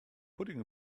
putting